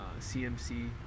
CMC